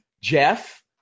Jeff